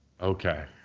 Okay